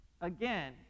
Again